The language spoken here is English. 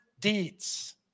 deeds